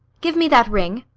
give me that ring.